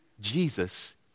Jesus